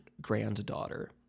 granddaughter